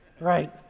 Right